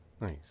Nice